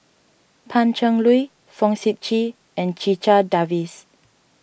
Pan Cheng Lui Fong Sip Chee and Checha Davies